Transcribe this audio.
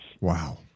Wow